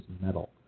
Metal